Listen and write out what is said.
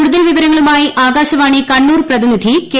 കൂടുതൽ വിവരങ്ങളുമായി ആകാശവാണി കണ്ണൂർ പ്രതിനിധി കെ